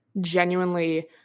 genuinely